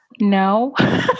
No